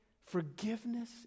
forgiveness